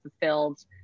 fulfilled